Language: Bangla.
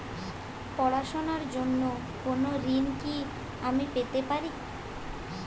পড়াশোনা র জন্য কোনো ঋণ কি আমি পেতে পারি?